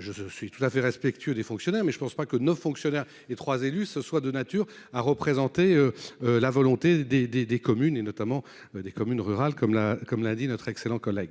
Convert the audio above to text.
Je suis tout à fait respectueux des fonctionnaires mais je ne pense pas que nos fonctionnaires et 3 élus se soit de nature à représenter. La volonté des des des communes et notamment des communes rurales comme la, comme l'a dit notre excellent collègue